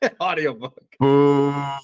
audiobook